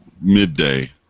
midday